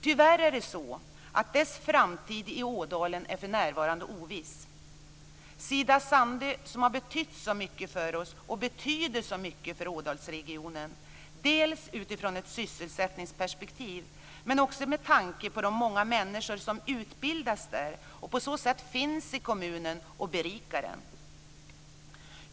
Tyvärr är det så att dess framtid i Ådalen för närvarande är oviss. Sida Sandö har betytt mycket för oss och betyder mycket för Ådalsregionen dels i ett sysselsättningsperspektiv, dels med tanke på de många människor som utbildas där och därigenom finns i kommunen och berikar den.